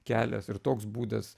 kelias ir toks būdas